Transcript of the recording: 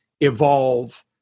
evolve